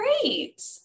great